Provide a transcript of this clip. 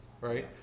Right